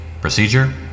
Procedure